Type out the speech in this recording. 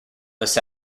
this